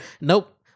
Nope